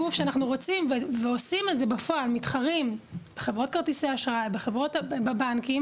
לגוף שמתחרה בפועל בחברות כרטיסי האשראי ובבנקים